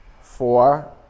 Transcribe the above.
four